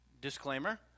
disclaimer